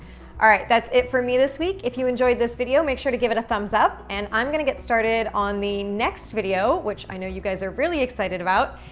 all right, that's it for me this week. if you enjoyed this video, make sure to give it a thumbs-up. and i'm gonna get started on the next video, which i know you guys are really excited about.